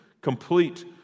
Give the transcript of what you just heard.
Complete